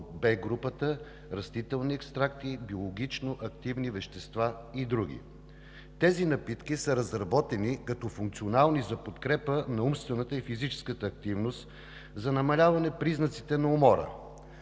групата, растителни екстракти, биологично активни вещества и други. Тези напитки са разработени като функционални за подкрепа на умствената и физическата активност, за намаляване признаците на умора.